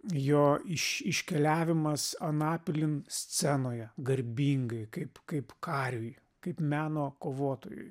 jo iš iškeliavimas anapilin scenoje garbingai kaip kaip kariui kaip meno kovotojui